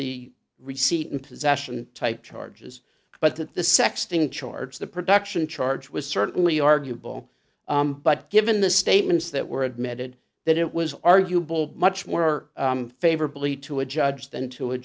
the receipt and possession type charges but that the sexting charge the production charge was certainly arguable but given the statements that were admitted that it was arguable much more favorably to a judge than to a